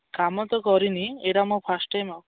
କାମ ତ କରିନି ଏଇଟା ମୋ ଫାଷ୍ଟ ଟାଇମ୍ ଆଉ